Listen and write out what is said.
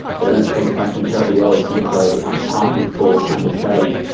they don't tend to function terribly well as soon as they um partly fall under shade.